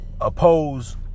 Oppose